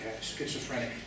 schizophrenic